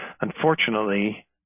Unfortunately